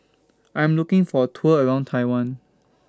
I'm looking For A Tour around Taiwan